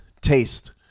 Taste